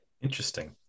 Interesting